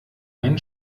ein